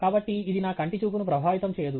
కాబట్టి ఇది నా కంటి చూపును ప్రభావితం చేయదు